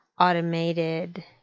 automated